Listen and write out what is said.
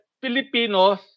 Filipinos